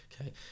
Okay